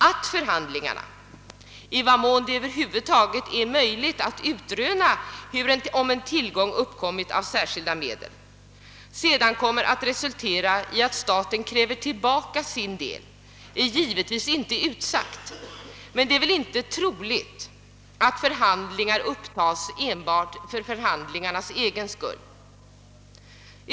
Att förhandlingarna — i den mån det över huvud taget är möjligt att utröna om en tillgång uppkommit av särskilda medel — kommer att resultera i att staten kräver tillbaka sin del är givetvis inte utsagt, men det är väl inte troligt att förhandlingar upptas enbart för förhandlingarnas egen skull.